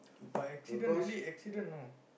but accident really accident know